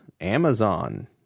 Amazon